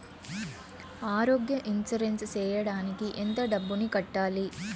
ఆరోగ్య ఇన్సూరెన్సు సేయడానికి ఎంత డబ్బుని కట్టాలి?